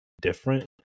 different